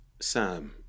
Sam